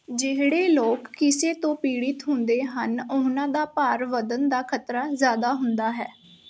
ਜਿਹੜੇ ਲੋਕ ਕਿਸੇ ਤੋਂ ਪੀੜਤ ਹੁੰਦੇ ਹਨ ਉਨ੍ਹਾਂ ਦਾ ਭਾਰ ਵਧਣ ਦਾ ਖ਼ਤਰਾ ਜ਼ਿਆਦਾ ਹੁੰਦਾ ਹੈ